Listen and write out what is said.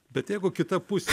bet jeigu kita pusė